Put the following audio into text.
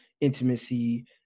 intimacy